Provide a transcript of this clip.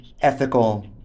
ethical